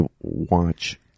watch